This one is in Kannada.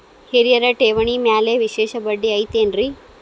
ಹಿರಿಯರ ಠೇವಣಿ ಮ್ಯಾಲೆ ವಿಶೇಷ ಬಡ್ಡಿ ಐತೇನ್ರಿ?